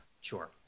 sure